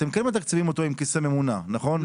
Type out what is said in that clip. אתם כן מתקצבים אותו עם כיסא ממונע, נכון?